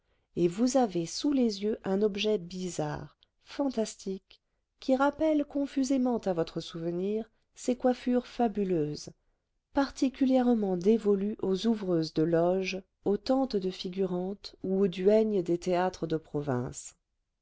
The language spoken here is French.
et vous avez sous les yeux un objet bizarre fantastique qui rappelle confusément à votre souvenir ces coiffures fabuleuses particulièrement dévolues aux ouvreuses de loges aux tantes de figurantes ou aux duègnes des théâtres de province